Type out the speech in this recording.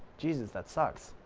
jesus, that sucks,